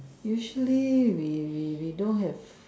usually we we we don't have